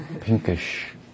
pinkish